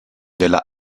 della